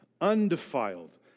undefiled